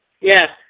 Yes